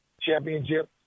championship